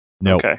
No